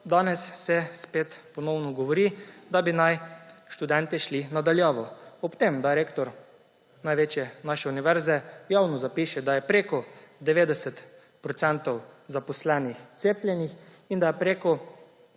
danes se spet ponovno govori, da naj bi študentje šli na šolanje na daljavo. Ob tem, da rektor naše največje univerze javno zapiše, da je preko 90 % zaposlenih cepljenih in da je po